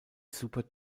super